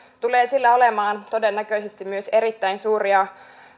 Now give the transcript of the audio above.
tulee sillä olemaan todennäköisesti myös erittäin suuria